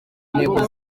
ntego